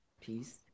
peace